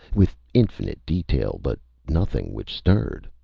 with infinite detail but nothing which stirred.